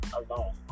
alone